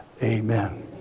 Amen